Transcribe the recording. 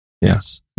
Yes